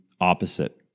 opposite